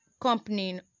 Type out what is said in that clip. company